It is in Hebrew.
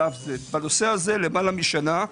בנושא הזה למעלה משנה,